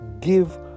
give